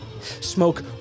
Smoke